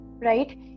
right